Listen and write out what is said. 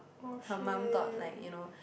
her mum thought like you know